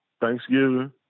Thanksgiving